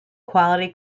quality